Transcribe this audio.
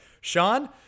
Sean